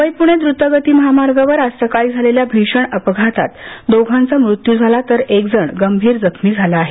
मुंबई पुणे द्रुतगती महामार्गावर आज सकाळी झालेल्या भीषण अपघातात दोघांचा मृत्यू झाला तर एक गंभीर जखमी झाला आहे